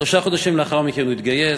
שלושה חודשים לאחר מכן הוא התגייס.